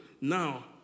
now